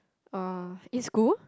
uh in school